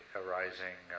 arising